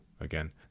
again